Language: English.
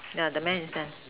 yeah the man is stand